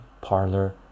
parlor